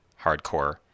hardcore